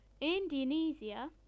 Indonesia